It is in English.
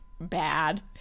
bad